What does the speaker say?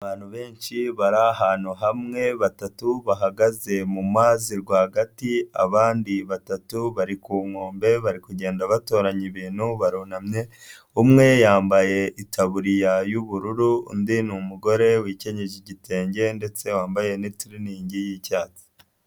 Abantu benshi bari ahantu hamwe batatu bahagaze mu mazi rwagati abandi batatu bari ku nkombe bari kugenda batoranya ibintu barunamye, umwe yambaye ikaburiya y'ubururu undi ni umugore wikenyeje igitenge ndetse wambaye n'itiriningi y'icyatsi.